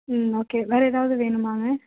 ம் ஓகே வேறு எதாவது வேணுமாங்க